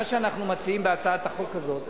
מה שאנחנו מציעים בהצעת החוק הזאת,